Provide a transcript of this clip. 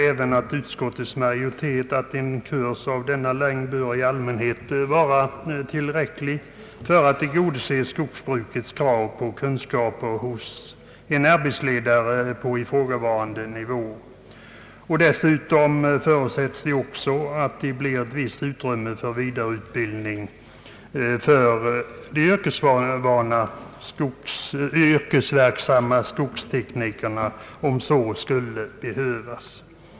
Även utskottets majoritet anser att en kurs av denna längd i allmänhet bör vara tillräcklig för att tillgodose skogsbrukets krav på kunskaper hos en arbetsledare på ifrågavarande nivå. Dessutom förutsätts att det blir ett visst utrymme för vidareutbildning av yrkesverksamma skogstekniker, om så skulle behövas.